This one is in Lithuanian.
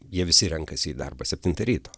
jie visi renkasi į darbą septintą ryto